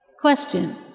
Question